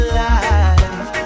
life